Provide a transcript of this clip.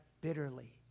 bitterly